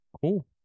cool